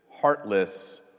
heartless